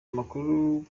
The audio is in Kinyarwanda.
amakuru